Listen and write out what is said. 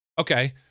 Okay